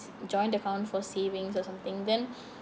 joint account for savings or something then